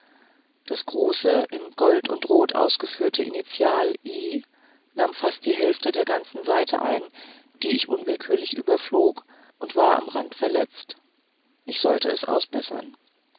das große in gold und rot ausgeführte initial i nahm fast die hälfte der ganzen seite ein die ich unwillkürlich überflog und war am rande verletzt ich sollte es ausbessern